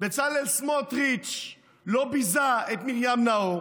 בצלאל סמוטריץ' לא ביזה את מרים נאור,